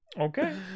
Okay